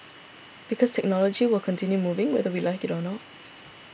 because technology will continue moving whether we like it or not